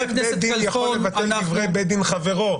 דברי בית דין יכול לבטל דברי בית דין חברו,